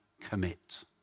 commit